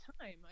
time